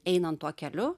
einant tuo keliu